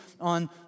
on